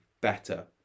better